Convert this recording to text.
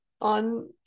on